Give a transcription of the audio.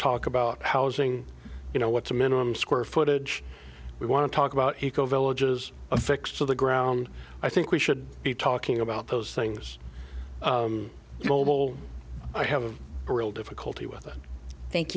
talk about housing you know what's a minimum square footage we want to talk about eco villages affixed to the ground i think we should be talking about those things mobile i have a real difficulty with it thank